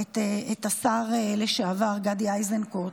את השר לשעבר גדי איזנקוט,